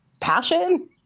passion